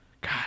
God